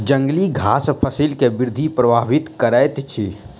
जंगली घास फसिल के वृद्धि प्रभावित करैत अछि